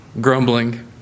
grumbling